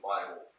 Bible